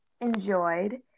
enjoyed